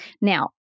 Now